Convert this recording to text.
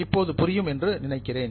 இப்போது புரியும் என்று நினைக்கிறேன்